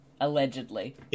Allegedly